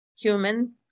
human